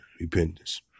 repentance